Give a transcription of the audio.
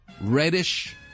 reddish